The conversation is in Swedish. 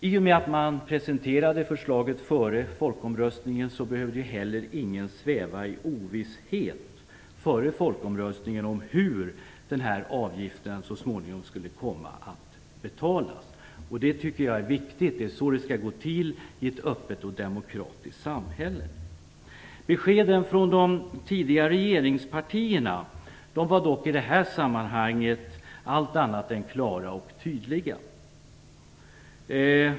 I och med att man presenterade förslaget före folkomröstningen behövde heller ingen sväva i ovisshet före folkomröstningen om hur den här avgiften så småningom skulle komma att betalas. Det tycker jag är viktigt. Det är så det skall gå till i ett öppet och demokratiskt samhälle. Beskeden från de tidigare regeringspartierna var dock i detta sammanhang allt annat än klara och tydliga.